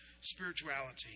spirituality